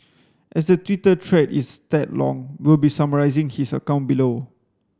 as the Twitter thread is tad long we'll be summarising his account below